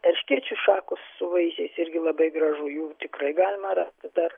erškėčių šakos su vaisiais irgi labai gražu jų tikrai galima rasti dar